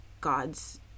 God's